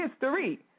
history